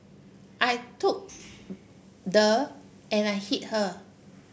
I took the and I hit her